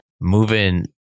moving